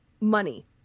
money